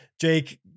Jake